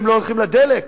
הן לא הולכות לדלק.